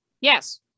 Yes